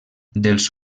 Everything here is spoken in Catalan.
dels